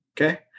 okay